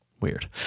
weird